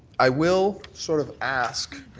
i will sort of ask,